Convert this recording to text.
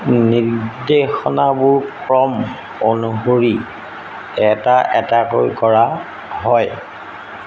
নিৰ্দেশনাবোৰ ক্ৰম অনুসৰি এটা এটাকৈ কৰা হয়